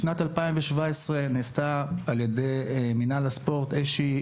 בשנת 2017 נעשתה על ידי מינהל הספורט איזושהי